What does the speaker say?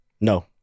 No